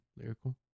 Lyrical